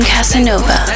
Casanova